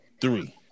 three